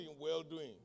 well-doing